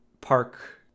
Park